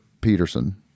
Peterson